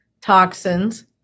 toxins